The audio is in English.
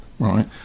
Right